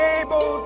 able